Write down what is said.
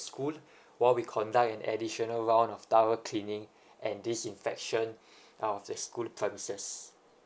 school while we conduct an additional round of thorough cleaning and disinfection on the school premises